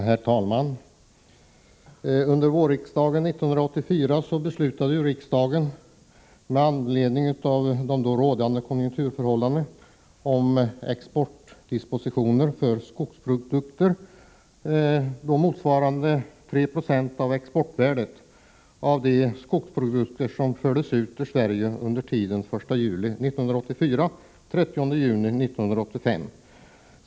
Herr talman! Under våren 1984 beslutade riksdagen med anledning av de då rådande konjunkturförhållandena om exportdepositioner för skogsprodukter, då motsvarande 3 90 av exportvärdet av de skogsprodukter som förs ut ur Sverige under tiden den 1 juli 1984-30 juni 1985.